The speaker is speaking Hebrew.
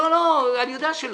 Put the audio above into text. לא, לא, אני יודע שלא.